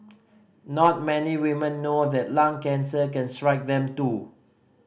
not many women know that lung cancer can strike them too